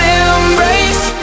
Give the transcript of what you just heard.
embrace